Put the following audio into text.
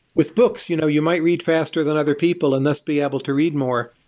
with books, you know you might read faster than other people. and thus, be able to read more.